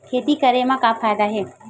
खेती करे म का फ़ायदा हे?